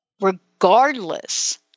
regardless